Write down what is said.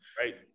Right